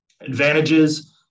Advantages